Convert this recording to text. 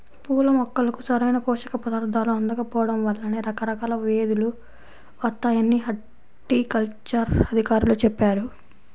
పూల మొక్కలకు సరైన పోషక పదార్థాలు అందకపోడం వల్లనే రకరకాల వ్యేదులు వత్తాయని హార్టికల్చర్ అధికారులు చెప్పారు